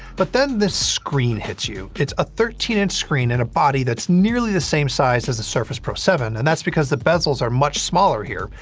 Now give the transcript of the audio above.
but, then this screen hits you. it's a thirteen inch screen and a body that's nearly the same size as the surface pro seven, and that's because the bezels are much smaller here,